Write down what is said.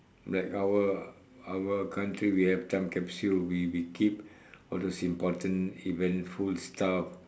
like our our country we have time capsule we we keep all those important eventful stuff